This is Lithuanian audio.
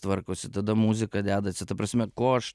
tvarkosi tada muzika dedasi ta prasme ko aš